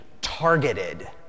targeted